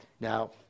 Now